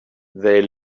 they